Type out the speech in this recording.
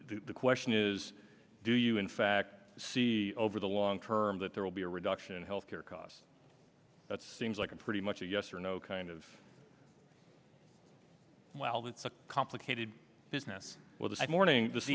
the question is do you in fact see over the long term that there will be a reduction in health care costs that seems like a pretty much a yes or no kind well that's a complicated business well this morning this